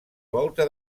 volta